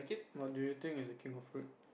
what do you think is the king of fruit